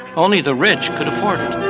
only the rich could afford it.